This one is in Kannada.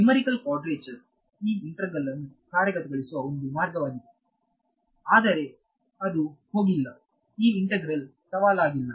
ನುಮೇರಿಕಲ್ ಕ್ವಾಡ್ರೇಚರ್ ಈ ಇಂತೆಗ್ರಲ್ ನ್ನು ಕಾರ್ಯಗತಗೊಳಿಸುವ ಒಂದು ಮಾರ್ಗವಾಗಿದೆ ಆದರೆ ಅದು ಹೋಗಿಲ್ಲ ಈ ಇಂತೆಗ್ರಲ್ ಸವಾಲಾಗಿಲ್ಲ